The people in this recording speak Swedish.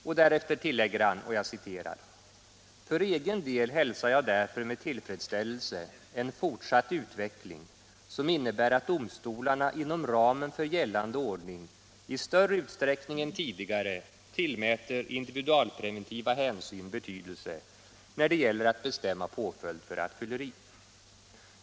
Och därefter tillägger han: ”För egen del hälsar jag därför med tillfredsställelse en fortsatt utveckling som innebär att domstolarna inom ramen för gällande ordning i större utsträckning än tidigare tillmäter individualpreventiva hänsyn betydelse när det gäller att bestämma påföljd för rattfylleri.